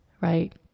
right